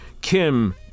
Kim